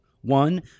One